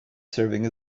serving